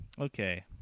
Okay